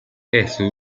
esso